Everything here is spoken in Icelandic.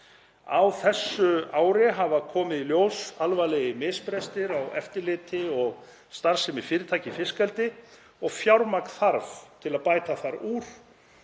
Á þessu ári hafa komið í ljós alvarlegir misbrestir á eftirliti og starfsemi fyrirtækja í fiskeldi og fjármagn þarf til að bæta þar úr.